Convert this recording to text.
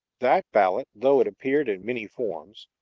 that ballot, though it appeared in many forms,